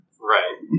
Right